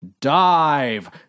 Dive